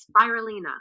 spirulina